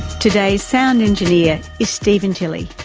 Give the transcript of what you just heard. today's sound engineer is stephen tilley.